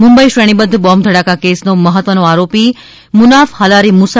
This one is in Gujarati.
મુંબઇ શ્રેણીબધ્ધ બોમ્બ ધડાકા કેસનો મહત્વનો આરોપી મુનાફ હાલારી મુસા